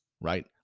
right